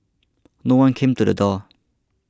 no one came to the door